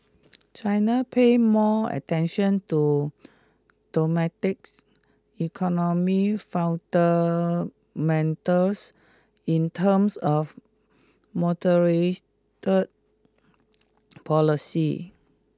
China pay more attention to domestic economy fundamentals in terms of moderated policy